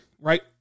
right